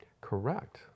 Correct